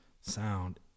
sound